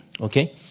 Okay